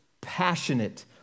passionate